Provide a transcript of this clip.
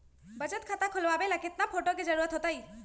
बचत खाता खोलबाबे ला केतना फोटो के जरूरत होतई?